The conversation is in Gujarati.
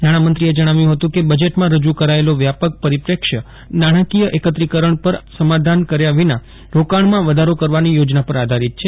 નાણામંત્રીએ જણાવ્યું હતું કે બજેટમાં રજૂ કરાચેલો વ્યાપક પરિપ્રેક્ષ્ય નાણાકીય એકત્રીકરણ પર સમાધાન કર્યા વિના રોકાણમાં વધારો કરવાની યોજના પર આધારિત છે